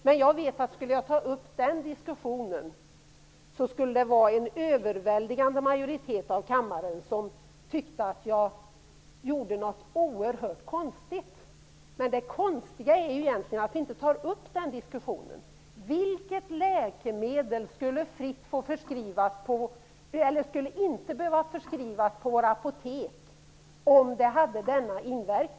Om jag skulle ta upp den diskussionen skulle en överväldigande majoritet av kammarens ledamöter tycka att jag gjorde något oerhört konstigt. Det konstiga är ju egentligen att vi inte tar upp den diskussionen. Vilket läkemedel med samma inverkan som tobak skulle inte behöva förskrivas på våra apotek?